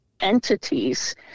entities